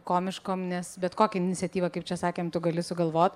komiškom nes bet kokią iniciatyvą kaip čia sakėm tu gali sugalvot